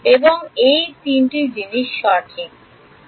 এবং এই 3 টি জিনিস সঠিক